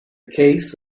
case